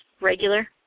regular